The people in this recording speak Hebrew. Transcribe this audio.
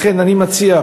לכן אני מציע,